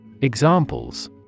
Examples